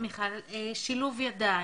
מיכל, שילוב ידיים,